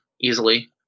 easily